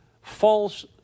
false